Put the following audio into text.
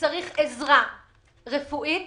שצריך עזרה רפואית,